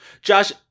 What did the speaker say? Josh